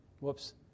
whoops